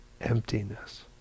emptiness